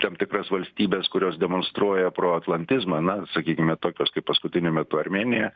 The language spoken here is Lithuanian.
tam tikras valstybes kurios demonstruoja proatlantizmą na sakykime tokios kaip paskutiniu metu armėnija